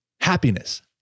Happiness